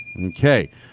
Okay